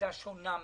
הייתה שונה מהשר.